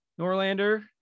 Norlander